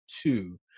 two